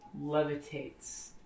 levitates